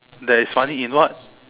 that is funny in what